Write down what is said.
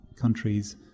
countries